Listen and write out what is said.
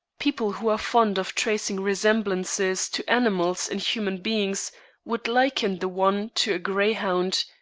people who are fond of tracing resemblances to animals in human beings would liken the one to a grey-hound,